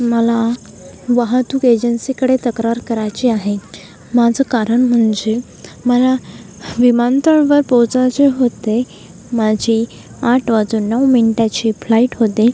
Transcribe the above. मला वाहतूक एजन्सीकडे तक्रार करायची आहे माझं कारण म्हणजे मला विमानतळावर पोचायचे होते माझी आठ वाजून नऊ मिनटाची फ्लाईट होती